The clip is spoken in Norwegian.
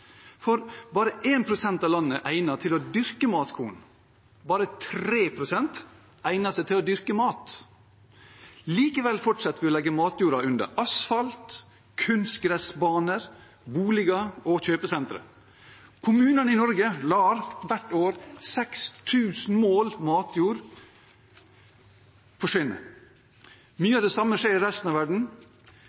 for bare 1 pst. av landet er egnet til å dyrke matkorn. Bare 3 pst. egner seg til å dyrke mat. Likevel fortsetter vi å legge matjorda under asfalt, kunstgressbaner, boliger og kjøpesentre. Kommunene i Norge lar hvert år 6 000 mål matjord forsvinne. Mye av det samme skjer i resten av verden.